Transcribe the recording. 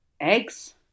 Eggs